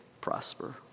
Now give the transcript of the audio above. prosper